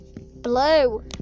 Blue